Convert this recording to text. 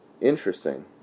Interesting